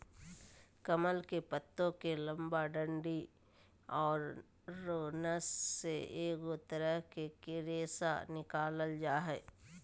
कमल के पत्तो के लंबा डंडि औरो नस से एगो तरह के रेशा निकालल जा हइ